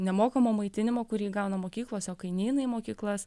nemokamo maitinimo kurį gauna mokyklose o kai neina į mokyklas